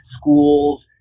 schools